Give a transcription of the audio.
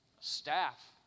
staff